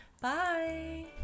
Bye